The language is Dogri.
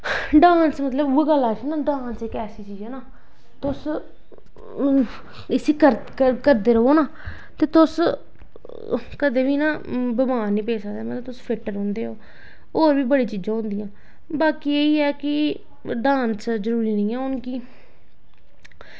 डांस मतलब उ'ऐ गल्ल आई ना कि डांस इक ऐसी चीज ऐ ना तुस इसी करदे र'वो ना ते तुस कदें बी ना बमार निं पेई सकदे न मतलब तुस फिट रौंह्दे ओ होर बी बड़ी चीज़ां होंदियां बाकी इ'यै कि डांस जरूरी निं ऐ हून कि